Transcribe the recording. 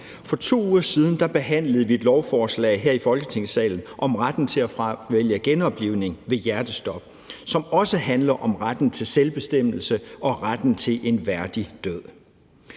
For 2 uger siden behandlede vi her Folketingssalen et lovforslag om retten til at fravælge genoplivning ved hjertestop, som også handler om retten til selvbestemmelse og retten til en værdig død.